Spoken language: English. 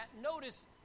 notice